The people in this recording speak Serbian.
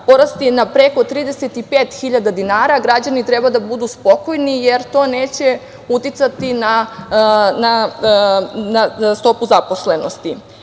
porast je na preko 35.000 dinara, a građani treba da budu spokojni, jer to neće uticati na stopu zaposlenosti.